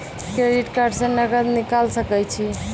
Credit card से नगद निकाल सके छी?